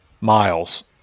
miles